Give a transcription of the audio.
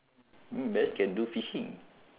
mm bears can do fishing